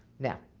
now